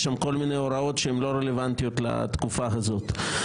יש שם כל מיני הוראות לא רלוונטיות לתקופה הזאת.